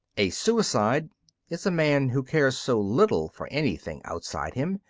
a suicide is a man who cares so little for anything outside him,